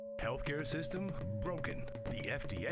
healthcare system, broken. the fda, yeah